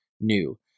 new